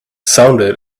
sounded